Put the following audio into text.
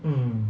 mm